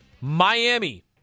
Miami